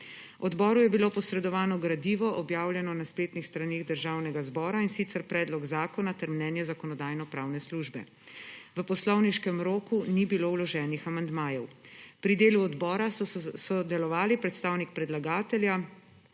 Odboru je bilo posredovano gradivo, objavljeno na spletnih straneh Državnega zbora, in sicer predlog zakona ter mnenje Zakonodajno-pravne službe. V poslovniškem roku ni bilo vloženih amandmajev. Pri delu odbora so sodelovali: predstavnik predlagatelja,